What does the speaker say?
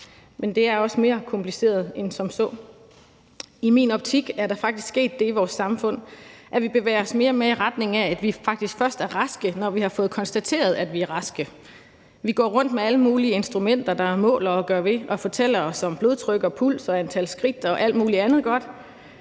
men det er også mere kompliceret end som så. I min optik er der faktisk sket det i vores samfund, at vi bevæger os mere og mere i retning af, at vi faktisk først er raske, når vi har fået konstateret, at vi er raske. Vi går rundt med alle mulige instrumenter, der måler og gør ved og fortæller os om blodtryk og puls og antal skridt og alt muligt andet godt.